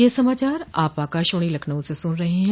ब्रे क यह समाचार आप आकाशवाणी लखनऊ से सुन रहे हैं